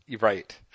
Right